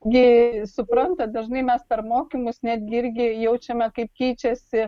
gi suprantat dažnai mes per mokymus netgi irgi jaučiame kaip keičiasi